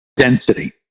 density